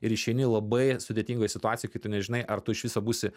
ir išeini labai sudėtingoj situacijoj kai tu nežinai ar tu iš viso būsi